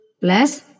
plus